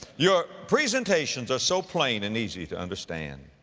your presentations are so plain and easy to understand.